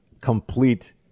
complete